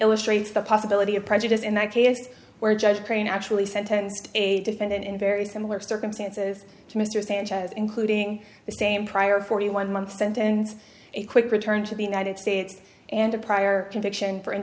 illustrates the possibility of prejudice in the case where judge crane actually sentenced a defendant in very similar circumstances to mr sanchez including the same prior forty one months and a quick return to the united states and a prior conviction for